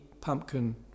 Pumpkin